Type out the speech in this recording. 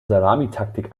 salamitaktik